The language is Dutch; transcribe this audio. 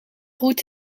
roet